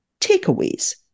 Takeaways